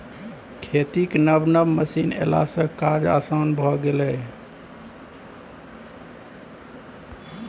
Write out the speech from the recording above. खेतीक नब नब मशीन एलासँ काज आसान भए गेल